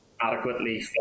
adequately